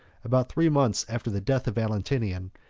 about three months after the death of valentinian,